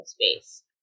space